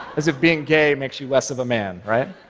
as if being gay makes you less of a man, right?